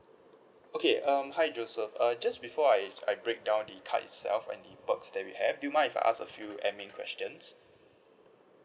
okay um hi joseph err just before I I break down the card itself and the perks that we have do you mind if I ask a few admin questions